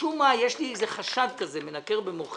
משום מה יש לי איזה חשד כזה שמנקר במוחי